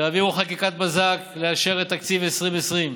תעבירו חקיקת בזק לאשר את תקציב 2020,